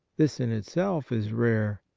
this in itself is rare.